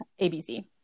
ABC